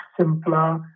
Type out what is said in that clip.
simpler